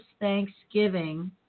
Thanksgiving